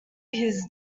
his